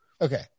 Okay